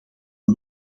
een